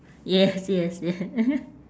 yes yes ye~